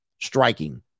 Striking